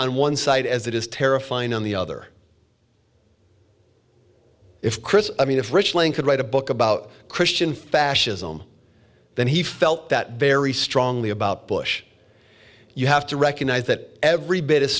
on one side as it is terrifying on the other if chris i mean if richling could write a book about christian fascism then he felt that very strongly about bush you have to recognise that every bit as